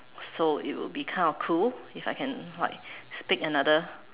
so it will be kind of cool if I can like speak another